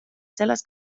sellest